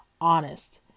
honest